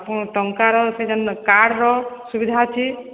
ଟଙ୍କାର ସେଇଟା ନୁହେଁ କାର୍ଡ଼ର ସୁବିଧା ଅଛି